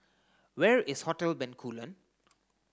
where is Hotel Bencoolen